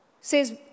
says